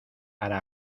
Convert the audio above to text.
para